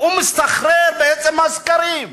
הוא מסתחרר מעצם הסקרים.